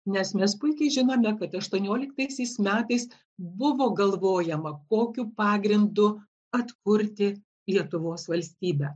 nes mes puikiai žinome kad aštuonioliktaisiais metais buvo galvojama kokiu pagrindu atkurti lietuvos valstybę